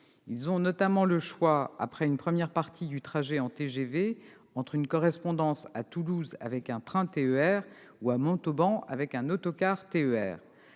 Ils ont notamment le choix, après une première partie du trajet en TGV, entre une correspondance à Toulouse, avec un train TER, ou à Montauban, avec un autocar TER.